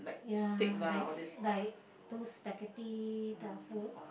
ya likes like those spaghetti that type of food